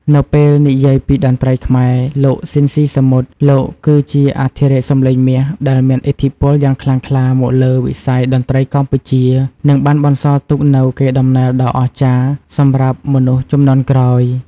នៅពេលនិយាយពីតន្ត្រីខ្មែរ លោក ស៊ីន ស៊ីសាមុត លោកគឺជាអធិរាជសំឡេងមាសដែលមានឥទ្ធិពលយ៉ាងខ្លាំងក្លាមកលើវិស័យតន្ត្រីកម្ពុជា និងបានបន្សល់ទុកនូវកេរដំណែលដ៏អស្ចារ្យសម្រាប់មនុស្សជំនាន់ក្រោយ។